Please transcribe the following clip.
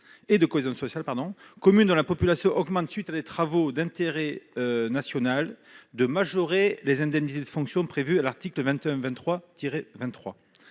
et de cohésion sociale, communes dont la population augmente à la suite de travaux publics d'intérêt national -de majorer les indemnités de fonction prévues à l'article L. 2123-23.